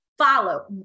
follow